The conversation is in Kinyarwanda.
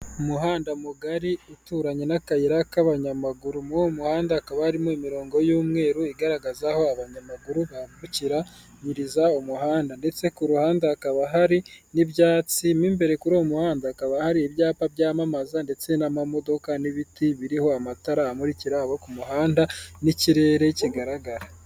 Umuhanda mugari uturanye n'akayira k'abanyamaguru, muri uwo muhanda hakaba harimo imirongo y'umweru igaragaza aho abanyamaguru bambukiranyiriza umuhanda ndetse ku ruhande hakaba hari n'ibyatsi, mo imbere kuri uwo muhanda hakaba hari ibyapa byamamaza ndetse n'amamodoka n'ibiti biriho amatara amurikira abo ku muhanda n'ikirere kigaragara.